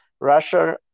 Russia